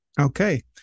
Okay